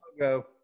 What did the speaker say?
logo